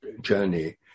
journey